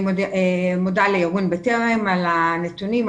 אני מודה לארגון בטרם על הנתונים,